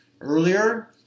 earlier